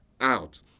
out